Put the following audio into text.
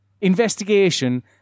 investigation